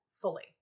fully